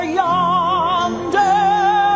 yonder